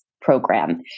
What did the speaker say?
Program